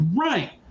Right